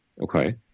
Okay